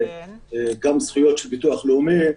גם זכויות של ביטוח לאומי,